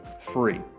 free